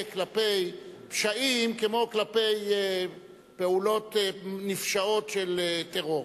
כלפי פשעים כמו כלפי פעולות נפשעות של טרור.